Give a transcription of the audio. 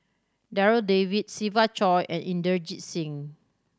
Darryl David Siva Choy and Inderjit Singh